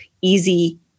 easy